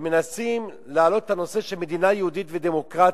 ומנסים להעלות את הנושא של מדינה יהודית ודמוקרטית,